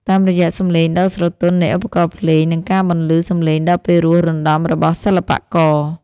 តាមរយៈសម្លេងដ៏ស្រទន់នៃឧបករណ៍ភ្លេង និងការបន្លឺសម្លេងដ៏ពិរោះរណ្តំរបស់សិល្បករ